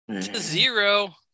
zero